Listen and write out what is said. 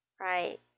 right